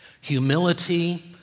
Humility